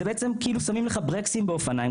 זה בעצם כאילו שמים לך ברקסים באופניים,